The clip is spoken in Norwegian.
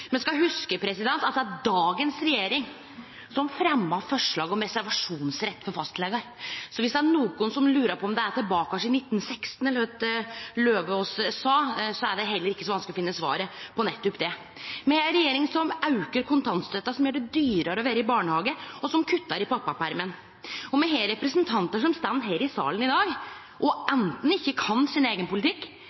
Me skal hugse at det er dagens regjering som fremja forslag om reservasjonsrett for fastlegar. Så viss det er nokon som lurar på om me er tilbake i 1916, eller kva det var representanten Eidem Løvaas sa, er det heller ikkje så vanskeleg å finne svaret på nettopp det. Me har ei regjering som aukar kontantstøtta, som gjer det dyrare å vere i barnehage, og som kuttar i pappapermisjonen. Me har representantar som står her i salen i dag, og som anten ikkje kan sin eigen politikk,